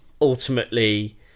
ultimately